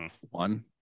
one